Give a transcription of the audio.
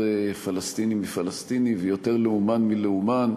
פלסטיני מפלסטיני ויותר לאומן מלאומן.